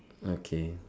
okay